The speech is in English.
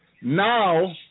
now